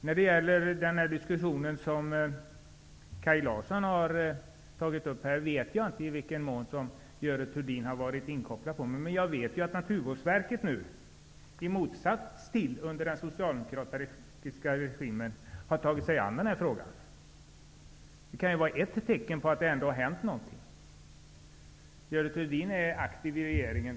Jag vet inte i vilken mån Görel Thurdin har varit inkopplad på diskussionen i det ärende som Kaj Larsson här tog upp, men jag vet att Naturvårdsverket nu -- till skillnad från vad som skedde under den socialdemokratiska regimen -- har tagit sig an den här frågan. Det kan ju vara ett tecken på att det ändå har hänt någonting. Görel Thurdin är aktiv i regeringen.